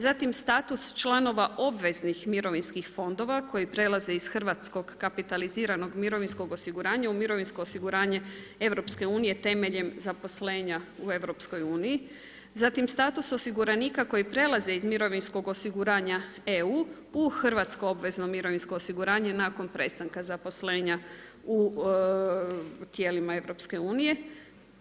Zatim status članova obveznih mirovinskih fondova koji prelaze iz hrvatskog kapitaliziranog mirovinskog osiguranja u mirovinsko osiguranje EU-a temeljem zaposlenja u EU-u, zatim status osiguranika koji prelaze iz mirovinskog osiguranja EU-a u hrvatsko obvezno mirovinsko osiguranje nakon prestanka zaposlenja u tijelima EU-a.